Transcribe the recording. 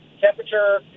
temperature